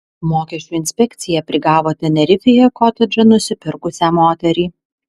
mokesčių inspekcija prigavo tenerifėje kotedžą nusipirkusią moterį